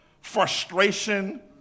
frustration